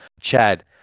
Chad